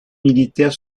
militaires